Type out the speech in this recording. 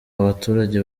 abaturage